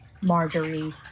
Marjorie